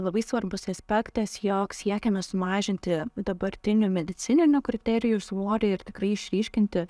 labai svarbus aspektas jog siekiame sumažinti dabartinių medicininių kriterijų svorį ir tikrai išryškinti